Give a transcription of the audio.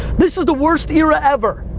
this is the worst era ever,